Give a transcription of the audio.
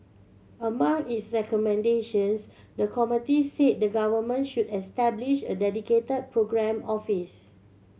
among its recommendations the committee say the Government should establish a dedicate programme office